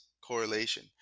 correlation